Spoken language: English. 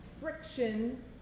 friction